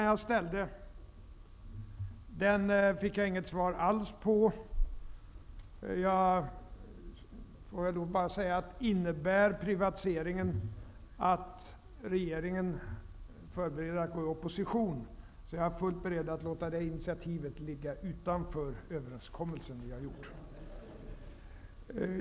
Jag fick inte något svar alls på min andra fråga som jag ställde. Om privatiseringen innebär att regeringen förbereder att gå i opposition, är jag fullt beredd att låta det initiativet ligga utanför den överenskommelse vi har träffat.